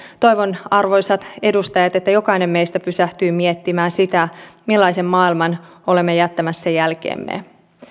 toivon arvoisat edustajat että jokainen meistä pysähtyy miettimään sitä millaisen maailman olemme jättämässä jälkeemme